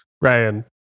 Ryan